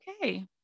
okay